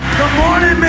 morning,